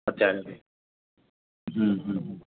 અત્યારે નથી હમમ હમમ